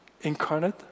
incarnate